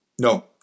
No